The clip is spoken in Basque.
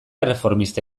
erreformista